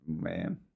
man